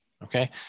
Okay